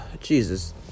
Jesus